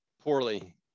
poorly